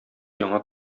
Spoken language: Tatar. яңа